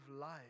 life